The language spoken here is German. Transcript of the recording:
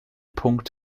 punkt